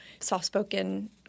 soft-spoken